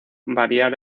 variar